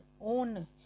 own